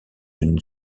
une